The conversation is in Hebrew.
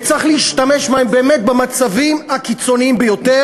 וצריך להשתמש בהם באמת במצבים הקיצוניים ביותר,